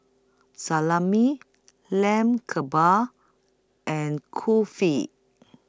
Salami Lamb Kebabs and Kulfi